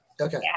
Okay